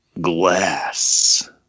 Glass